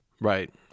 Right